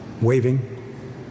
waving